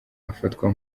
afatwa